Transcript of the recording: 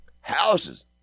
Houses